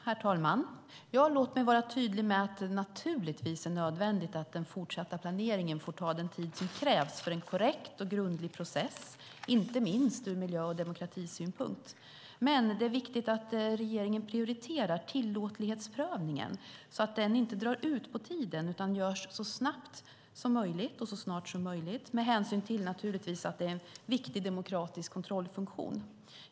Herr talman! Låt mig vara tydlig med att det naturligtvis är nödvändigt att den fortsatta planeringen får ta den tid som krävs för en korrekt och grundlig process, inte minst ur miljö och demokratisynpunkt. Men det är viktigt att regeringen prioriterar tillåtlighetsprövningen, så att den inte drar ut på tiden utan görs så snabbt och snart som möjligt, givetvis med hänsyn till att det är en viktig demokratisk kontrollfunktion.